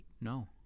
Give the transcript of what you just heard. No